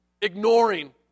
Ignoring